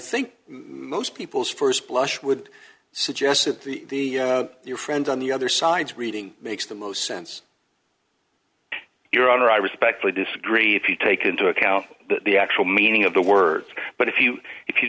think most people's st blush would suggest that the your friends on the other side reading makes the most sense your honor i respectfully disagree if you take into account the actual meaning of the words but if you if you